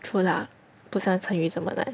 true lah